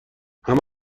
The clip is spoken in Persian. همه